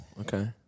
okay